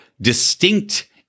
distinct